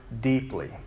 deeply